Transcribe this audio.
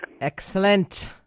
Excellent